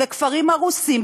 בכפרים הרוסים,